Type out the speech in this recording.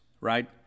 right